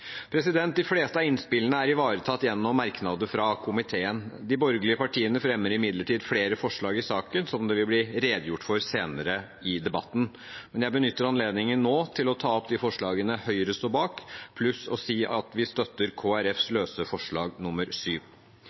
De fleste innspillene er ivaretatt gjennom merknader fra komiteen. De borgerlige partiene fremmer imidlertid flere forslag i saken, som det vil bli redegjort for senere i debatten. Men jeg benytter anledningen nå til å ta opp de forslagene Høyre står bak, pluss til å si at vi støtter Kristelig Folkepartis løse forslag